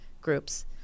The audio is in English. groups